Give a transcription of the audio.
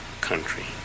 country